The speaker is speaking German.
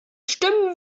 stimmen